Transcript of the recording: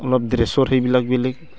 অলপ ড্ৰেছৰ সেইবিলাক বেলেগ